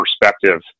perspective